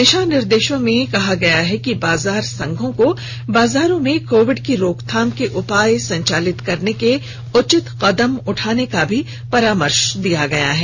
दिशा निर्देशों में कहा गया है कि बाजार संघों को बाजारों में कोविड की रोकथाम के उपाय संचालित करने के उचित कदम उठाने का भी परामर्श दिया गया है